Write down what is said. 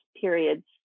periods